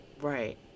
Right